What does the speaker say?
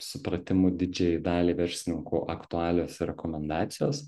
supratimu didžiajai daliai verslininkų aktualios rekomendacijos